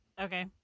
Okay